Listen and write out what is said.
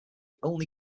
only